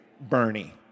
Bernie